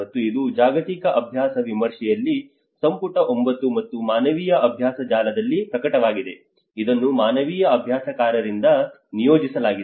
ಮತ್ತು ಇದು ಜಾಗತಿಕ ಅಭ್ಯಾಸ ವಿಮರ್ಶೆಯಲ್ಲಿ ಸಂಪುಟ 9 ಮತ್ತು ಮಾನವೀಯ ಅಭ್ಯಾಸ ಜಾಲದಲ್ಲಿ ಪ್ರಕಟವಾಗಿದೆ ಇದನ್ನು ಮಾನವೀಯ ಅಭ್ಯಾಸಕಾರರಿಂದ ನಿಯೋಜಿಸಲಾಗಿದೆ